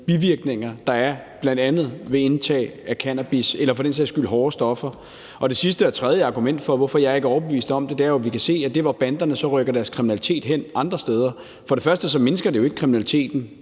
bivirkninger, der er ved bl.a. indtag af cannabis eller for den sags skyld hårdere stoffer. Det sidste og tredje argument for, at jeg ikke er overbevist om det, er jo, at vi kan se, at der, hvor banderne så rykker deres kriminalitet hen andre steder – f.eks. i mange af de delstater,